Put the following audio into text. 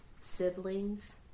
siblings